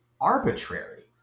arbitrary